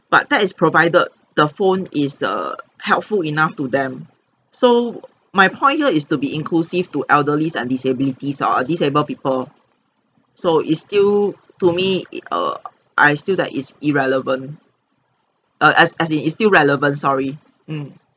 but that is provided the phone is err helpful enough to them so my point here is to be inclusive to elderlies and disabilities err disable people so is still to me it err I still that is irrelevant err as as it is still relevant sorry mm